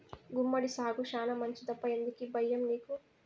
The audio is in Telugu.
గుమ్మడి సాగు శానా మంచిదప్పా ఎందుకీ బయ్యం నీకు